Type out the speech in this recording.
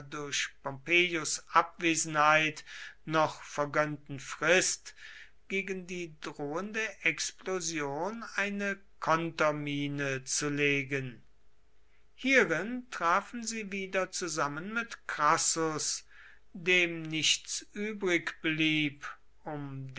durch pompeius abwesenheit noch vergönnten frist gegen die drohende explosion eine kontermine zu legen hierin trafen sie wieder zusammen mit crassus dem nichts übrig blieb um